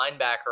linebacker